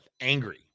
angry